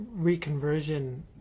reconversion